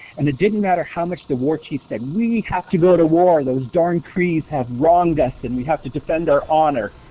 and it didn't matter how much the war chief said, we have to go to war! those darn crees have wronged us and we have to defend our honor!